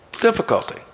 difficulty